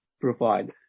provide